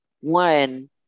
One